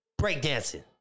breakdancing